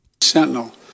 Sentinel